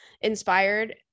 inspired